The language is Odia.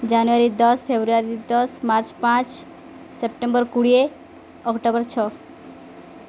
ଜାନୁଆରୀ ଦଶ ଫେବୃଆରୀ ଦଶ ମାର୍ଚ୍ଚ ପାଞ୍ଚ ସେପ୍ଟେମ୍ବର କୋଡ଼ିଏ ଅକ୍ଟୋବର ଛଅ